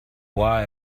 why